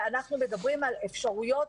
ואנחנו מדברים על אפשרויות,